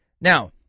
Now